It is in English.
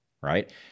right